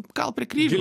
kalt prie kryžiaus